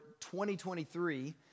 2023